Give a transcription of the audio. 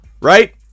Right